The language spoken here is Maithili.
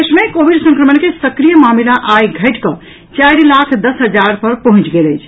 देश मे कोविड संक्रमण के सक्रिय मामिला आई घटिकऽ चारि लाख दस हजार पर पहुंचि गेल अछि